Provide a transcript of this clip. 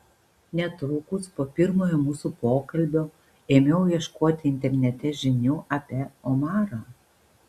netrukus po pirmojo mūsų pokalbio ėmiau ieškoti internete žinių apie omarą